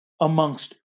amongst